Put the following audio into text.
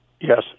Yes